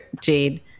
Jade